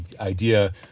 idea